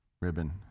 ribbon